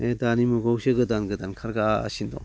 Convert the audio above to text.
बे दानि मुगायावसो गोदान गोदान ओंखारगासिनो दं